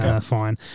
fine